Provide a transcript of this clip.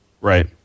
Right